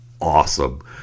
awesome